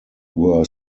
were